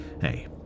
hey